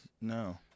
No